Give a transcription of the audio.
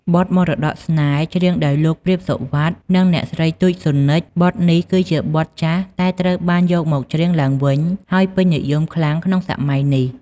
បទ "មរតកស្នេហ៍" ច្រៀងដោយលោក ព្រាប សុវត្ថិ និងអ្នកស្រី ទូច ស៊ុននិច បទនេះគឺជាបទចាស់តែត្រូវបានយកមកច្រៀងឡើងវិញ ហើយពេញនិយមខ្លាំងក្នុងសម័យនេះ។